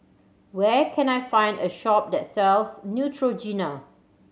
where can I find a shop that sells Neutrogena